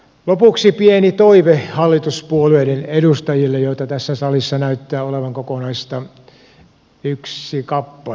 lopuksi pieni toive hallituspuolueiden edustajille joita tässä salissa näyttää olevan kokonaista yksi kappale